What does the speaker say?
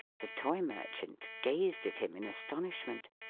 the toy merchant gazed at him in astonishment.